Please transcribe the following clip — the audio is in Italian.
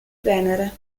venere